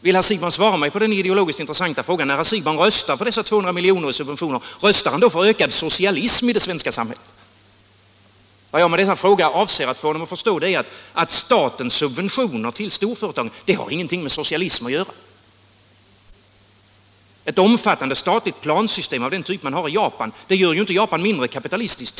Vill herr Siegbahn svara mig på följande ideologiskt intressanta fråga: När herr Siegbahn röstar för dessa 200 milj.kr. i subventioner, röstar han då för mer socialism i det svenska samhället? Vad jag med denna fråga avser att få honom att förstå är att statens subventioner till storföretagen inte har någonting med socialism att göra. sysselsättningsstimulerande åtgär Ett omfattande statligt plansystem av den typ man har i Japan gör ju inte Japan mindre kapitalistiskt.